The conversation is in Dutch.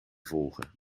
volgen